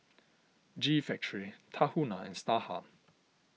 G Factory Tahuna and Starhub